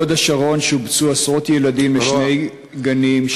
בהוד-השרון שובצו עשרות ילדים לשני גנים,